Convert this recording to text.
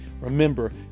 remember